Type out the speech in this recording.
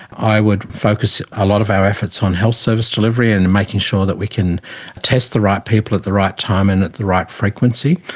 i would focus a lot of our efforts on health service delivery and and making sure that we can test the right people at the right time and at the right frequency.